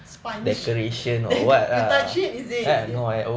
sponge then you touch it is it